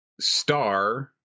Star